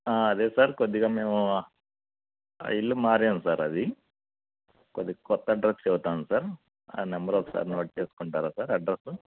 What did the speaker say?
అదే సార్ కొద్దిగా మేము ఇల్లు మారాము సార్ అది కొద్దిగా కొత్త అడ్రస్ చెప్తాను సార్ ఆ నంబర్ ఒకసారి నోట్ చేసుకుంటారా సార్ అడ్రసు